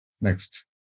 Next